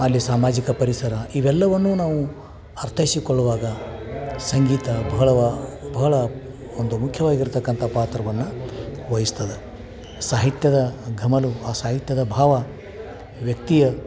ಅಲ್ಲಿ ಸಾಮಾಜಿಕ ಪರಿಸರ ಇವೆಲ್ಲವನ್ನೂ ನಾವು ಅರ್ಥೈಸಿಕೊಳ್ಳುವಾಗ ಸಂಗೀತ ಬಹಳವೇ ಬಹಳ ಒಂದು ಮುಖ್ಯವಾಗಿರತಕ್ಕಂಥ ಪಾತ್ರವನ್ನು ವಹಿಸ್ತದೆ ಸಾಹಿತ್ಯದ ಘಮಲು ಆ ಸಾಹಿತ್ಯದ ಭಾವ ವ್ಯಕ್ತಿಯು